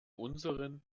unseren